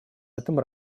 этом